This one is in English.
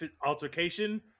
altercation